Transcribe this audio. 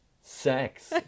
sex